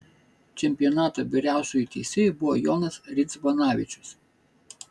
čempionato vyriausiuoju teisėju buvo jonas ridzvanavičius